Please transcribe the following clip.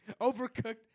Overcooked